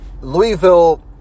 Louisville